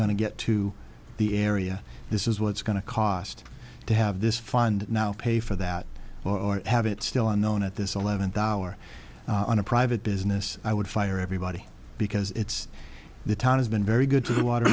going to get to the area this is what's going to cost to have this fund now pay for that or have it still unknown at this eleventh hour on a private business i would fire everybody because it's the town has been very good